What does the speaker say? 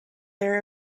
there